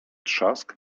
trzask